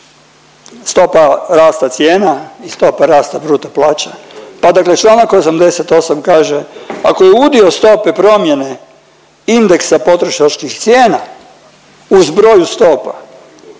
stopa rasta cijena i stopa rasta bruto plaća, pa dakle članak 88. kaže ako je udio stope promjene indeksa potrošačkih cijena u zbroju stopa